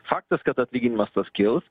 faktas kad atlyginimas tas kils